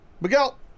Miguel